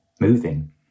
moving